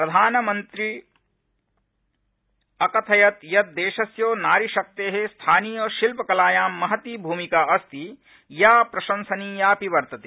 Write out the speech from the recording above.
प्रधामन्त्री अकथयत् यत् देशस्य नारीशक्ते स्थानीय शिल्पकलायां महती भूमिका अस्ति या प्रशंसनीयापि वर्तते